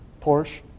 Porsche